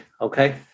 okay